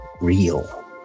real